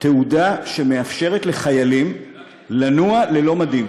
תעודה שמאפשרת לחיילים לנוע ללא מדים.